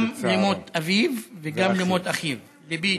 גם על מות אביו וגם על מות אחיו, לביתו.